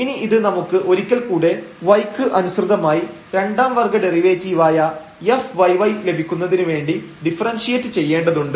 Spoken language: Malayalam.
ഇനി ഇത് നമുക്ക് ഒരിക്കൽ കൂടെ y ക്ക് അനുസൃതമായി രണ്ടാം വർഗ്ഗ ഡെറിവേറ്റീവായ fyy ലഭിക്കുന്നതിനുവേണ്ടി ഡിഫറെൻഷിയേറ്റ് ചെയ്യേണ്ടതുണ്ട്